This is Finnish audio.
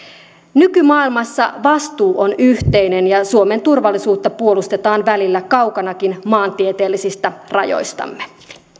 nykymaailmassa vastuu on yhteinen ja suomen turvallisuutta puolustetaan välillä kaukanakin maantieteellisistä rajoistamme